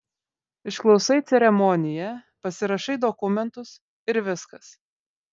išklausai ceremoniją pasirašai dokumentus ir viskas